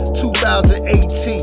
2018